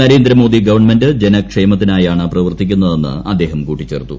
Narendra Modi government ജനക്ഷേമത്തിനായാണ് പ്രവർത്തിക്കുന്നതെന്ന് അദ്ദേഹം കൂട്ടിച്ചേർത്തു